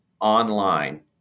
online